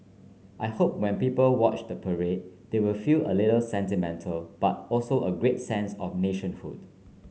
I hope when people watch the parade they will feel a little sentimental but also a great sense of nationhood